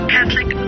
Catholic